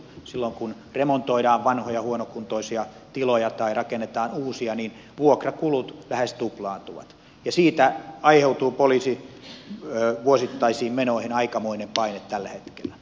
silloin kun remontoidaan vanhoja huonokuntoisia tiloja tai rakennetaan uusia vuokrakulut lähes tuplaantuvat ja siitä aiheutuu poliisin vuosittaisiin menoihin aikamoinen paine tällä hetkellä